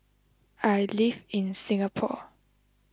I live in Singapore